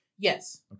Yes